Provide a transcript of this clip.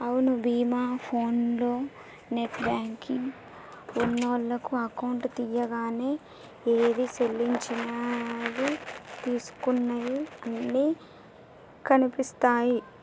అవును మీనా ఫోన్లో net banking ఉన్నోళ్లకు అకౌంట్ తీయంగానే ఏది సెల్లించినవి తీసుకున్నయి అన్ని కనిపిస్తాయి